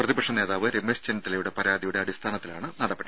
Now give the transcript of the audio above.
പ്രതിപക്ഷ നേതാവ് രമേശ് ചെന്നിത്തലയുടെ പരാതിയുടെ അടിസ്ഥാനത്തിലാണ് നടപടി